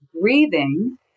breathing